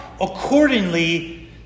accordingly